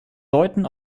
deuten